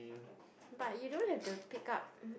but you don't have to pick up